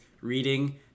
reading